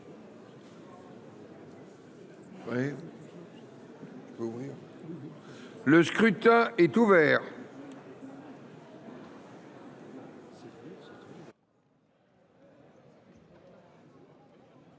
Le scrutin est ouvert.